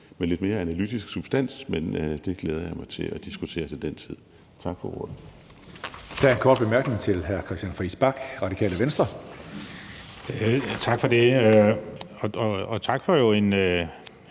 med lidt mere analytisk substans, men det glæder jeg mig til at diskutere til den tid. Tak for ordet.